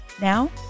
Now